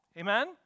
Amen